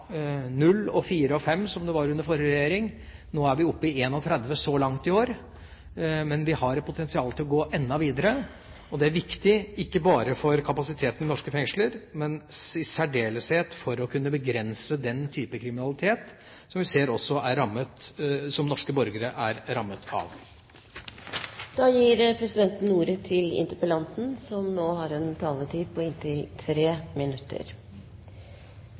og 5, som det var under den forrige regjeringen. Nå er vi opp i 31 så langt i år, men vi har et potensial til å gå enda videre. Det er viktig ikke bare for kapasiteten i norske fengsler, men i særdeleshet for å kunne begrense den typen kriminalitet som vi ser at norske borgere er rammet av. Når det gjelder statsrådens evne til å få sagt mye på